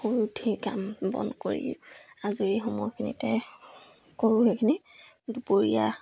শুই উঠি কাম বন কৰি আজৰি সময়খিনিতে কৰোঁ সেইখিনি দুপৰীয়া